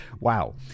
Wow